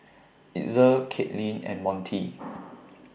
Itzel Caitlin and Montie